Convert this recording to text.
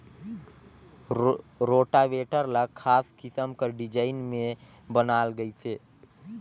rotavator ल खास किसम कर डिजईन में बनाल गइसे